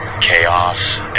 chaos